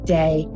day